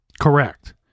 Correct